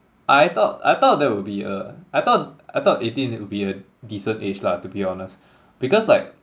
I thought I thought that would be a I thought I thought eighteen will be a decent age lah to be honest because like